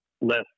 less